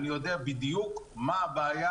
אני יודע בדיוק מה הבעיה,